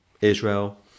Israel